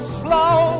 slow